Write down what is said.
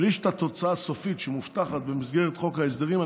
בלי שאנחנו מקבלים את התוצאה הסופית שמובטחת במסגרת חוק ההסדרים.